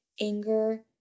anger